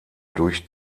durch